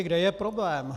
Kde je problém?